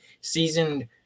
seasoned